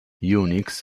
unix